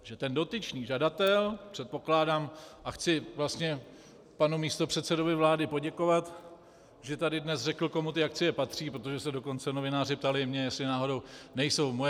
Takže ten dotyčný žadatel, předpokládám, a chci vlastně panu místopředsedovi vlády poděkovat, že tady dnes řekl, komu ty akcie patří, protože se dokonce novináři ptali mě, jestli náhodou nejsou moje.